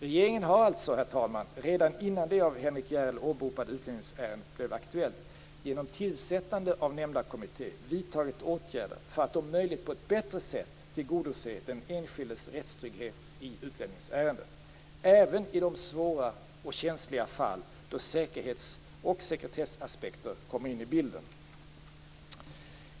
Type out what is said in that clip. Regeringen har alltså, herr talman, redan innan det av Henrik S Järrel åberopade utlänningsärendet blev aktuellt, genom tillsättandet av nämnda kommitté, vidtagit åtgärder för att om möjligt på ett bättre sätt tillgodose den enskildes rättstrygghet i utlänningsärenden, även i de svåra och känsliga fall då säkerhetsoch sekretessaspekter kommer in i bilden.